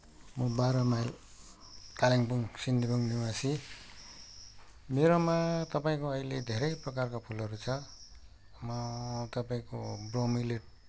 म बाह्र माइल कालिम्पोङ सिङ्दिबुङ निवासी मेरोमा तपाईँको अहिले धेरै प्रकारका फुलहरू छ म तपाईँको ब्रोमिलियड